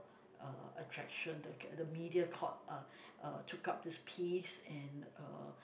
uh attraction the the media caught uh took up this piece and uh